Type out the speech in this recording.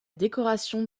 décoration